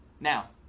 Now